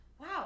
Wow